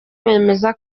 bemeza